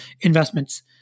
investments